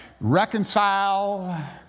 reconcile